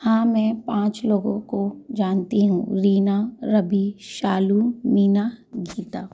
हाँ मैं पाँच लोगों को जानती हूँ लीना रवि शालू मीना गीता